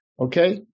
okay